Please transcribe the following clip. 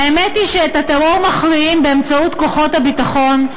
האמת היא שאת הטרור מכריעים באמצעות כוחות הביטחון,